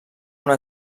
una